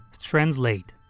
translate